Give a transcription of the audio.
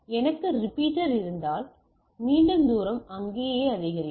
எனக்கு ரிப்பீட்டர் இருந்தால் மீண்டும் தூரம் அங்கேயே அதிகரிக்கும்